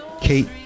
Kate